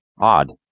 Odd